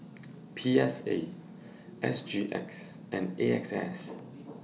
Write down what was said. P S A S G X and A X S